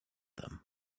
them